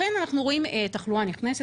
לכן אנחנו רואים תחלואה נכנסת.